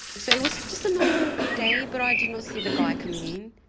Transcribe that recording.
so it was just a normal day but i did not see the guy coming in,